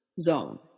zone